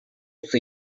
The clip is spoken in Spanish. está